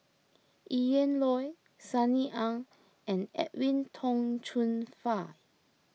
Ian Loy Sunny Ang and Edwin Tong Chun Fai